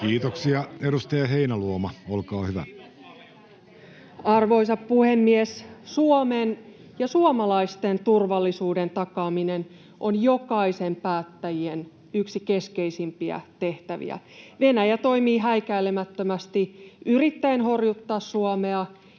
Kiitoksia. — Edustaja Heinäluoma, olkaa hyvä. Arvoisa puhemies! Suomen ja suomalaisten turvallisuuden takaaminen on jokaisen päättäjän yksi keskeisimpiä tehtäviä. Venäjä toimii häikäilemättömästi yrittäen horjuttaa Suomea